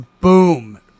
Boom